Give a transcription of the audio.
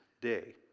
Day